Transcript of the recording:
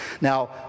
Now